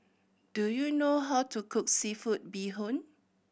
do you know how to cook seafood bee hoon